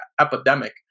epidemic